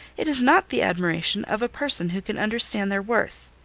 it is not the admiration of a person who can understand their worth.